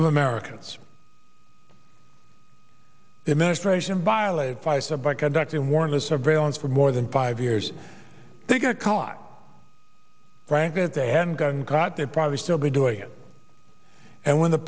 of americans the administration violated by some by conducting warrantless surveillance for more than five years they got caught frankly that they hadn't gotten caught they'd probably still be doing it and when the